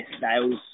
sales